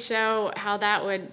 show how that would